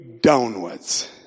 downwards